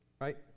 Right